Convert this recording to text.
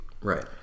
Right